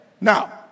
Now